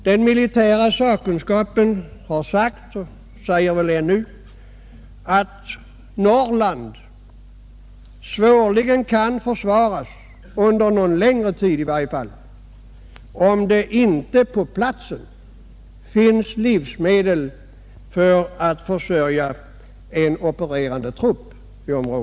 Den militära sakkunskapen har sagt, och säger väl ännu, att Norrland svårligen kan försvaras — i varje fall under någon längre tid — om det inte på platsen finns livsmedel för att försörja en i området opererande trupp.